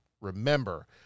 remember